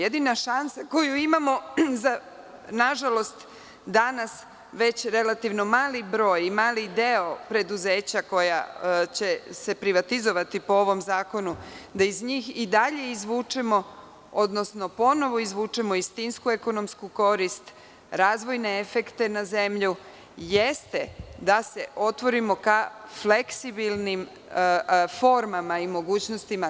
Jedina šansa koju imamo danas za relativno mali broj, mali deo preduzeća koja će se privatizovati po ovom zakonu, da iz njih i dalje izvučemo, odnosno ponovo izvučemo istinsku ekonomsku korist, razvojne efekte na zemlju, jeste da se otvorimo ka fleksibilnim formama i mogućnostima.